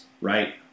Right